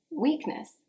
weakness